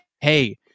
hey